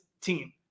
team